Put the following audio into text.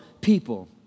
people